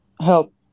help